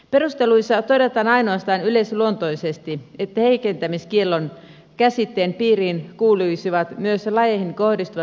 perusteluissa todetaan ainoastaan yleisluontoisesti että heikentämiskiellon käsitteen piiriin kuuluisivat myös lajeihin kohdistuvat merkittävät häiriöt